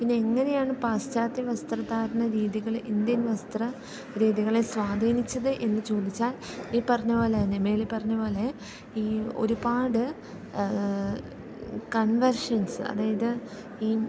പിന്നെ എങ്ങനെയാണ് പാശ്ചാത്യ വസ്ത്രധാരണ രീതികൾ ഇന്ത്യൻ വസ്ത്ര രീതികളെ സ്വാധീനിച്ചത് എന്നു ചോദിച്ചാൽ ഈ പറഞ്ഞതുപോലെതന്നെ മേലെ പറഞ്ഞതുപോലെ ഈ ഒരുപാട് കൺവെർഷൻസ് അതായത് ഈ